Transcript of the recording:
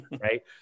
Right